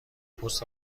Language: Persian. پست